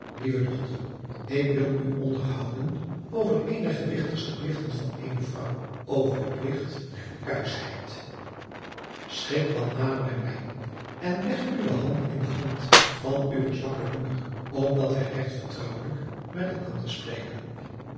lieve dochter ik wil u onderhouden over een der gewigtigste pligten van eene vrouw over den pligt der kuischheid schik wat nader bij mij en leg uwe hand in de hand van uwe zwakke moeder opdat wij regt vertrouwelijk met elkander spreken